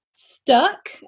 stuck